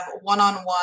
one-on-one